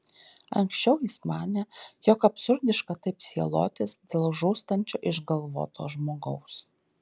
anksčiau jis manė jog absurdiška taip sielotis dėl žūstančio išgalvoto žmogaus